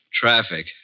Traffic